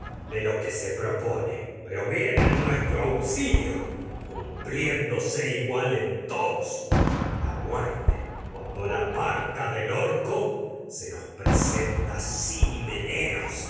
de lo que propone pero viene en nuestro auxilio cumpliéndo se igual en todos la muerte presenta sin himeneos cuando la parca del orco se in liras sin danzas en